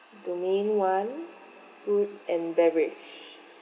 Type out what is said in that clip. domain one food and beverage